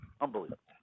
Unbelievable